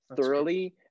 thoroughly